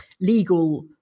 legal